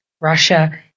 Russia